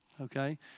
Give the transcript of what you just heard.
okay